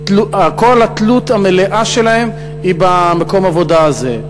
התלות המלאה שלהם היא במקום העבודה הזה.